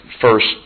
first